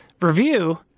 review